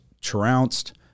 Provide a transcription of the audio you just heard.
trounced